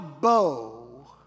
bow